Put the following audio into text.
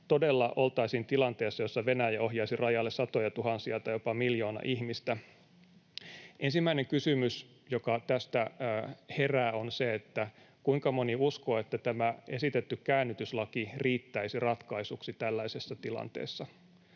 todella oltaisiin tilanteessa, jossa Venäjä ohjaisi rajalle satojatuhansia tai jopa miljoona ihmistä. Ensimmäinen kysymys, joka tästä herää, on se, kuinka moni uskoo, että tämä esitetty käännytyslaki riittäisi ratkaisuksi tällaisessa tilanteessa.